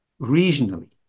regionally